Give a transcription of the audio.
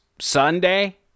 Sunday